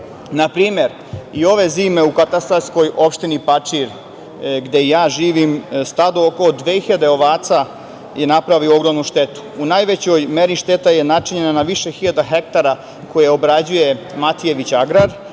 Na primer, i ove zime u katastarskoj opštini Pačir, gde ja živim, stado oko dve hiljade ovaca je napravilo ogromnu štetu. U najvećoj meri šteta je načinjena na više hiljada hektara koju obrađuje „Matijević agrar“,